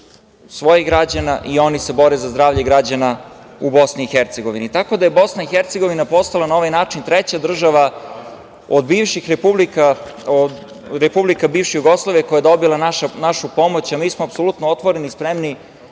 svojih građana i oni se bore za zdravlje građana u Bosni i Hercegovini, tako da je Bosna i Hercegovina postala na ovaj način treća država od republika bivše Jugoslavije koja je dobila našu pomoć, a mi smo apsolutno otvoreni i spremni